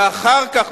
ואחר כך,